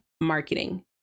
marketing